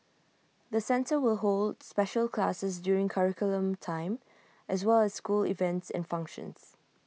the centre will hold special classes during curriculum time as well as school events and functions